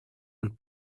und